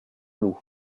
loup